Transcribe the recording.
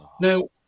Now